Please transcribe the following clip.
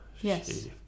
Yes